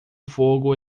fogo